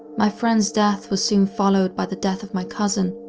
my friends death was soon followed by the death of my cousin,